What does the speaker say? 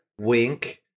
Wink